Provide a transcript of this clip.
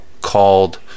called